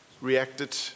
reacted